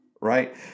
right